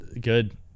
good